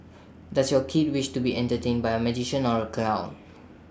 does your kid wish to be entertained by A magician or A clown